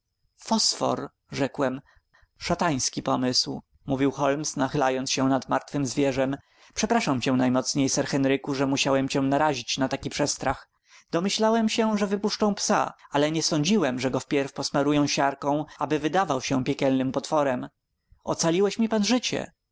fosfor rzekłem szatański pomysł mówił holmes nachylając się nad martwem zwierzem przepraszam cię najmocniej sir henryku że musiałem cię narazić na taki przestrach domyślałem się że wypuszczą psa ale nie sądziłem że go wpierw posmarują siarką aby wydawał się piekielnym potworem ocaliłeś mi pan życie